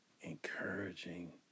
encouraging